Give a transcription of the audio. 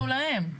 אנחנו להם.